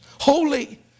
holy